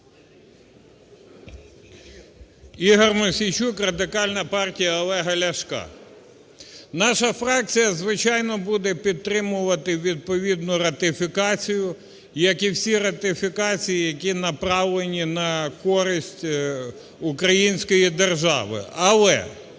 Ігор Мосійчук, Радикальна партія Олега Ляшка. Наша фракція, звичайно, буде підтримувати відповідну ратифікацію, як і всі ратифікації, які направлені на користь української держави. Але